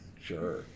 Sure